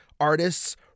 artists